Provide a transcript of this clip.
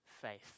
faith